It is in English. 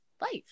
life